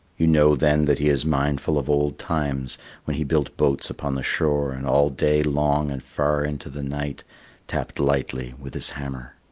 you know then that he is mindful of old times when he built boats upon the shore and all day long and far into the night tapped lightly with his hammer.